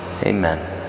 Amen